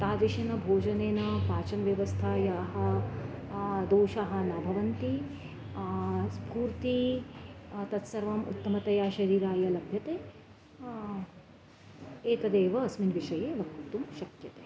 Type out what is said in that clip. तादृशेन भोजनेन पाचनव्यवस्थायाः दोषाः न भवन्ति स्फूर्तिः तत्सर्वम् उत्तमतया शरीराय लभ्यते एतदेव अस्मिन् विषये वक्तुं शक्यते